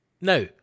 Now